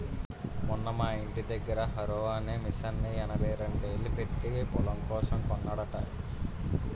మొన్న మా యింటి దగ్గర హారో అనే మిసన్ని యాభైరెండేలు పెట్టీ పొలం కోసం కొన్నాడట